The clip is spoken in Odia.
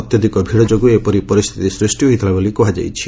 ଅତ୍ୟଧିକ ଭିଡ଼ ଯୋଗୁଁ ଏପରି ପରିସ୍ଚିତି ସୃଷ୍ ହୋଇଥିଲା ବୋଲି କୁହାଯାଇଛି